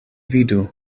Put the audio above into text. vidu